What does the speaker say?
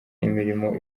imirimo